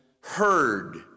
heard